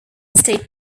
state